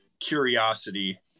curiosity